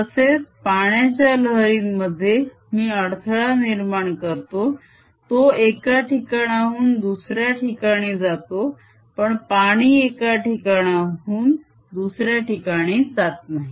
तसेच पाण्याच्या लहरींमध्ये मी अडथळा निर्माण करतो तो एका ठिकाणाहून दुसऱ्या ठिकाणी जातो पण पाणी एका ठिकाणाहून दुसऱ्या ठिकाणी जात नाही